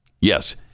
Yes